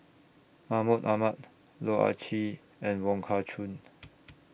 Mahmud Ahmad Loh Ah Chee and Wong Kah Chun